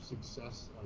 success